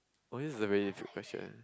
oh this is a very good question